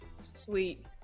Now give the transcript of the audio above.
Sweet